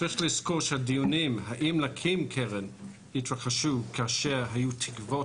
צריך לזכור שהדיונים האם להקים קרן התקיימו כאשר היו תקוות